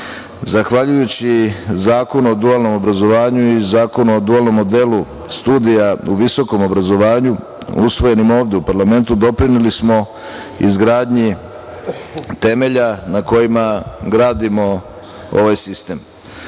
Zahvaljujući Zakonu o dualnom obrazovanju i Zakonu o dualnom modelu studija u visokom obrazovanju usvojenim ovde u parlamentu doprineli smo izgradnji temelja na kojima gradimo ovaj sistem.U